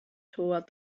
toward